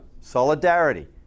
Solidarity